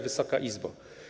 Wysoka Izbo!